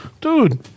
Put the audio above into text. Dude